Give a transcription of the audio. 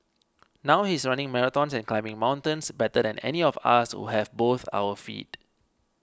now he's running marathons and climbing mountains better than any of us who have both our feet